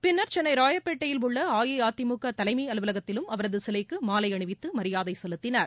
பின்னர் சென்னை ராயப்பேட்டையில் உள்ள அஇஅதிமுக தலைமை அலுவலகத்திலும் அவரது சிலைக்கு மாலை அணிவித்து மரியாதை செலுத்தினர்